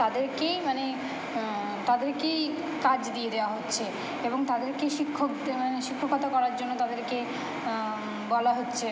তাদেরকেই মানে তাদেরকেই কাজ দিয়ে দেওয়া হচ্ছে এবং তাদেরকেই শিক্ষকতে মানে শিক্ষকতা করার জন্য তাদেরকে বলা হচ্ছে